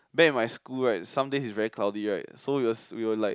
back in my school right some days it's very cloudy right so we was we were like